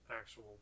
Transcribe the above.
actual